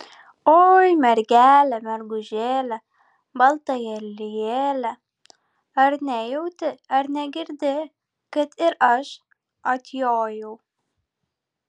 oi mergele mergužėle balta lelijėle ar nejauti ar negirdi kad ir aš atjojau